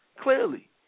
clearly